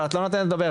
אבל את לא נותנת לדבר,